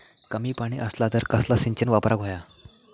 कमी पाणी असला तर कसला सिंचन वापराक होया?